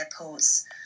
airports